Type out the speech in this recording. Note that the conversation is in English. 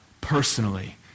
personally